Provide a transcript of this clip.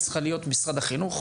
צריכה להיות משרד החינוך.